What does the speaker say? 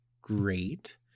great